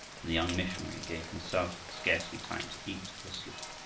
and the young missionary gave himself scarcely time to eat or sleep.